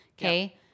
Okay